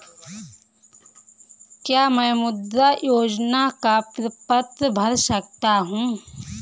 क्या मैं मुद्रा योजना का प्रपत्र भर सकता हूँ?